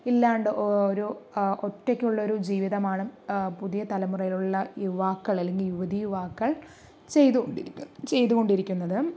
ഇല്ലാണ്ട് ഒരു ഒറ്റക്കുള്ള ഒരു ജീവിതമാണ് പുതിയ തലമുറയിലുള്ള യുവാക്കൾ അല്ലെങ്കിൽ യുവതീയുവാക്കൾ ചെയ്ത്കൊണ്ടിരിക്കുന്നത്